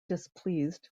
displeased